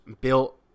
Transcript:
built